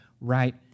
right